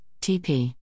TP